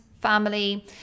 family